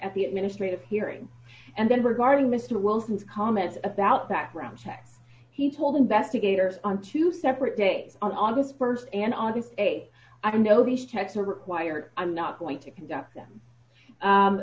at the administrative hearing and then were guarding mr wilson's comments about background checks he told investigators on two separate day on august st and august a i don't know these texts are required i'm not going to conduct them